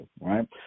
right